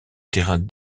terrain